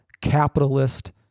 capitalist